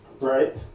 Right